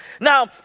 Now